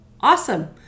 Awesome